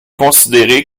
considérée